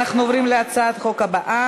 אנחנו עוברים להצעת חוק הבאה,